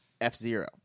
F-Zero